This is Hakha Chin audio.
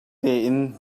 tein